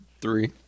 Three